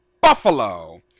Buffalo